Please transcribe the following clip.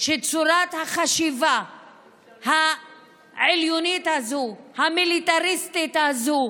שצורת החשיבה ה"עליונית" הזאת, המיליטריסטית הזאת,